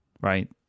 right